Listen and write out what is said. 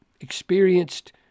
experienced